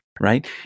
right